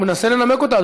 הוא מנסה לנמק אותה,